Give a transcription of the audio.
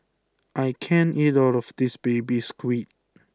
I can't eat all of this Baby Squid